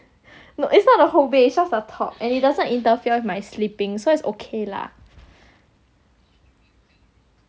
no it's not the whole bed is just the top and it doesn't interfere with my sleeping so it's okay lah